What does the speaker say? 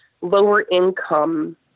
lower-income